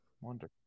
Wonder